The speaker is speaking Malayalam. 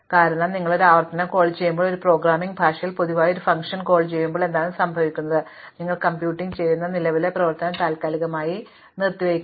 കാരണം നിങ്ങൾ ഒരു ആവർത്തന കോൾ ചെയ്യുമ്പോൾ ഒരു പ്രോഗ്രാമിംഗ് ഭാഷയിൽ പൊതുവായി ഒരു ഫംഗ്ഷൻ കോൾ ചെയ്യുമ്പോൾ എന്താണ് സംഭവിക്കുന്നത് നിങ്ങൾ കമ്പ്യൂട്ടിംഗ് ചെയ്യുന്ന നിലവിലെ പ്രവർത്തനം താൽക്കാലികമായി നിർത്തിവയ്ക്കണം